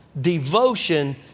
devotion